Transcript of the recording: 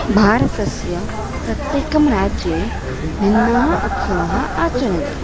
भारतस्य प्रत्येकं राज्ये भिन्नः उत्सवः आचरन्ति